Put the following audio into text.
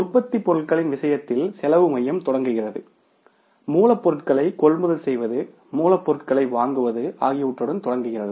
உற்பத்திப் பொருட்களின் விஷயத்தில் காஸ்ட் சென்டர்ம் தொடங்குகிறது மூலப்பொருட்களை கொள்முதல் செய்வது மூலப்பொருளை வாங்குவது ஆகியவற்றுடன் தொடங்குகிறது